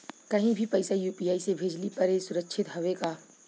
कहि भी पैसा यू.पी.आई से भेजली पर ए सुरक्षित हवे का?